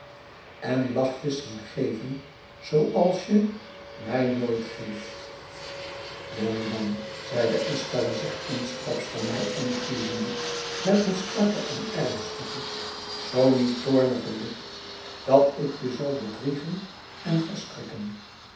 en lachjes zien geven zooals je mij nooit geeft wil je dan zeide estella zich eensklaps naar mij omkeerende met een strakken en ernstigen zoo niet toornigen blik dat ik je zal bedriegen en verstrikken